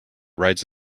rides